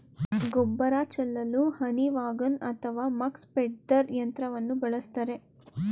ಗೊಬ್ಬರ ಚೆಲ್ಲಲು honey wagon ಅಥವಾ ಮಕ್ ಸ್ಪ್ರೆಡ್ದರ್ ಯಂತ್ರವನ್ನು ಬಳಸ್ತರೆ